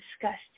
disgusting